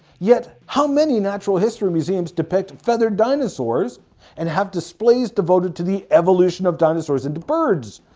yet, how many natural history museums depict feathered dinosaurs and have displays devoted to the evolution of dinosaurs into birds?